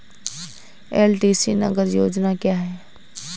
LTC नगद योजना क्या है?